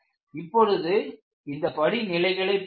இப்பொழுது இந்த படிநிலைகளை பாருங்கள்